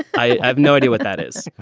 i have no idea what that is.